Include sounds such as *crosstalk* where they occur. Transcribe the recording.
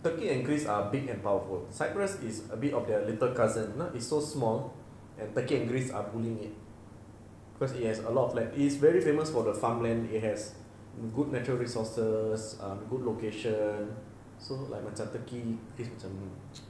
turkey and greece are big and powerful cyprus is a bit of their little cousin now it's so small and turkey and greece are pulling it cause it has a lot of like is very famous for the farmland it has good natural resources um good location so like macam turkey greece macam *laughs*